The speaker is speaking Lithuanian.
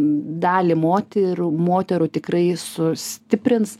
dalį moterų moterų tikrai sustiprins